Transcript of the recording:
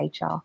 HR